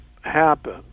happen